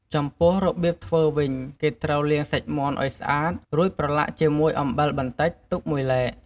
ចំពោះ របៀបធ្វើវិញគេត្រូវលាងសាច់មាន់ឲ្យស្អាត រួចប្រឡាក់ជាមួយអំបិលបន្តិចទុកមួយឡែក។